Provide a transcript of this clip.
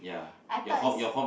I thought is